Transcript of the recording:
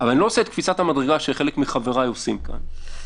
אבל אני לא עושה את קפיצת המדרגה שחלק מחבריי עושים כאן,